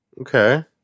Okay